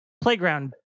playground